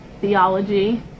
theology